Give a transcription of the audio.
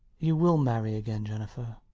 you will marry again, jennifer.